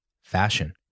fashion